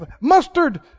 mustard